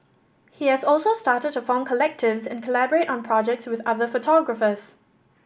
he has also started to form collectives and collaborate on projects with other photographers